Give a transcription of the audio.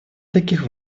таких